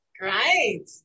Great